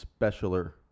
specialer